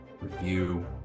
review